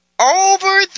over